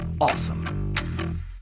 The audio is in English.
awesome